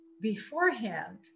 beforehand